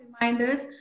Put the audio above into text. reminders